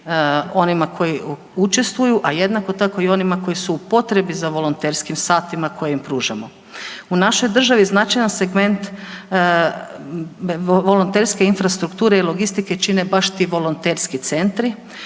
onima koji učestvuju, a jednako tako i onima koji su u potrebi za volonterskim satima koje im pružamo. U našoj državi značajan segment volonterske infrastrukture i logistike čine baš ti volonterski centri